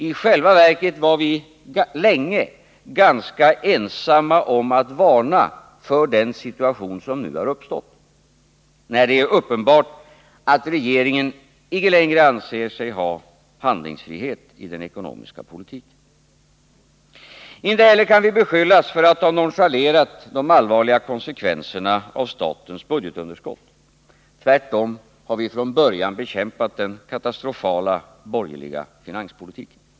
I själva verket var vi länge ganska ensamma om politikens område att varna för den situation som nu har uppstått, där det är uppenbart att regeringen icke längre anser sig ha handlingsfrihet i den ekonomiska politiken. Inte heller kan vi beskyllas för att ha nonchalerat de allvarliga konsekvenserna av statens budgetunderskott. Tvärtom har vi från början bekämpat den katastrofala borgerliga finanspolitiken.